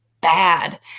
bad